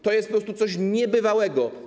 To jest po prostu coś niebywałego.